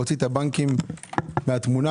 להוציא את הבנקים מהתמונה.